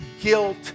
guilt